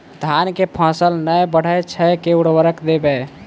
धान कऽ फसल नै बढ़य छै केँ उर्वरक देबै?